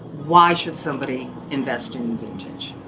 why should somebody invest in vintage?